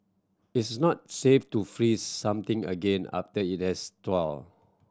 it is not safe to freeze something again after it has thawed